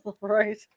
Right